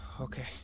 Okay